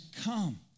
come